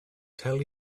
tell